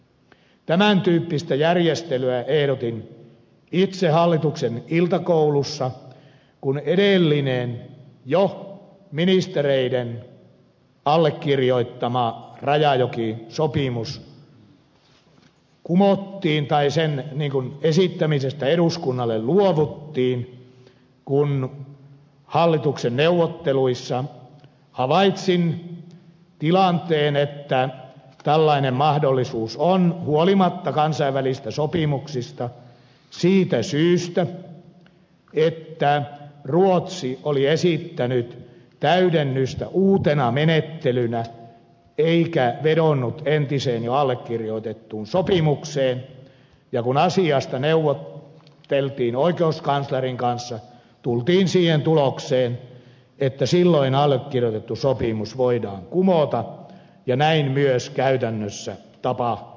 tämän tyyppistä järjestelyä ehdotin itse hallituksen iltakoulussa kun edellinen jo ministereiden allekirjoittama rajajokisopimus kumottiin tai sen esittämisestä eduskunnalle luovuttiin kun hallituksen neuvotteluissa havaitsin tilanteen että tällainen mahdollisuus on huolimatta kansainvälisistä sopimuksista siitä syystä että ruotsi oli esittänyt täydennystä uutena menettelynä eikä vedonnut entiseen jo allekirjoitettuun sopimukseen ja kun asiasta neuvoteltiin oikeuskanslerin kanssa tultiin siihen tulokseen että silloin allekirjoitettu sopimus voidaan kumota ja näin myös käytännössä tapahtui